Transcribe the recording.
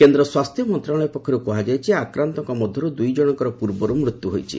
କେନ୍ଦ୍ର ସ୍ୱାସ୍ଥ୍ୟ ମନ୍ତ୍ରଣାଳୟ ପକ୍ଷରୁ କୁହାଯାଇଛି ଆକ୍ରାନ୍ତଙ୍କ ମଧ୍ୟରୁ ଦୁଇ ଜଣଙ୍କର ପୂର୍ବରୁ ମୃତ୍ୟୁ ହୋଇଛି